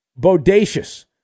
bodacious